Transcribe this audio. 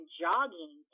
jogging